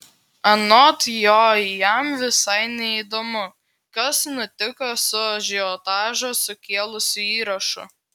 anot jo jam visai neįdomu kas nutiko su ažiotažą sukėlusiu įrašu